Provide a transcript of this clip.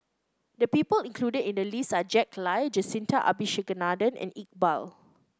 the people included in the list are Jack Lai Jacintha Abisheganaden and Iqbal